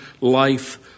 life